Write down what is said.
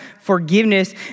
forgiveness